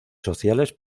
sociales